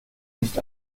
nicht